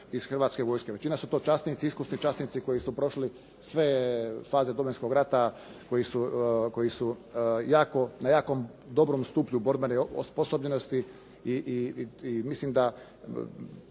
iz Hrvatske vojske. Većina su to časnici, iskusni časnici koji su prošli sve faze Domovinskog rata, koji su na jako dobrom stupnju borbene osposobljenosti i mislim da